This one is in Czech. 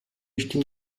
ještě